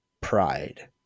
pride